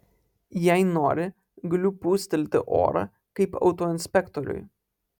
jei nori galiu pūstelti orą kaip autoinspektoriui